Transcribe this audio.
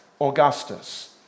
Augustus